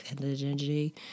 energy